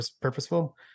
purposeful